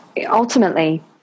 ultimately